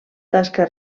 tasca